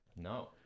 no